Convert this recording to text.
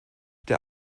der